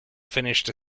finished